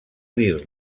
dir